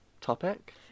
topic